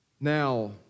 Now